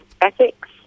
ethics